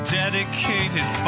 dedicated